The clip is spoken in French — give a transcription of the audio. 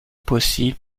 possible